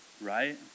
Right